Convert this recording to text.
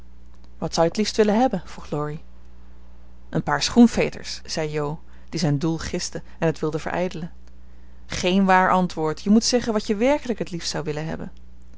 wat zou je t liefst willen hebben vroeg laurie een paar schoenveters zei jo die zijn doel giste en het wilde verijdelen geen waar antwoord je moet zeggen wat je werkelijk het liefst zou willen hebben